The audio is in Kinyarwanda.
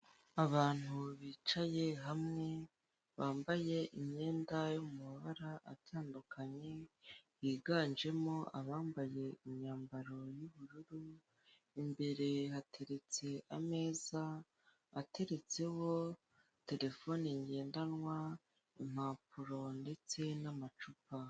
Abantu bicaye hamwe, bambaye imyenda yo mu mabara atandukanye, biganjemo abambaye imyambaro y'ubururu, imbere hateretse ameza ateretseho telefoni ngendanwa, impapuro ndetse n'amacupa.